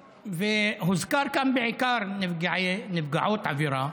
הוזכרו כאן בעיקר נפגעות עבירה.